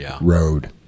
road